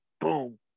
boom